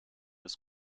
des